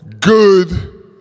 good